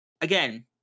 Again